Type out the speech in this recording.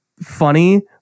funny